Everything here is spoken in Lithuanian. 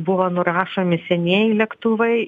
buvo nurašomi senieji lėktuvai